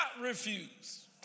refuse